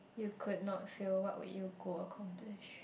you could not fail what would you go accomplish